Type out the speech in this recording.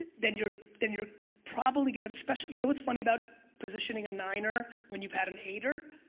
then you're then you're probably gonna. especially. you know what's funny about positioning a niner when you've had an eighter?